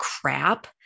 crap